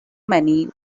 many